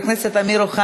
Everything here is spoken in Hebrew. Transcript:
עמר בר-לב